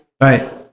right